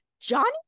Johnny